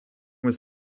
was